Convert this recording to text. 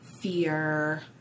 fear